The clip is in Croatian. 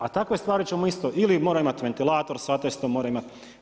A takve stvari ćemo isto ili mora imati ventilator sa atestom, mora imati.